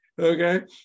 Okay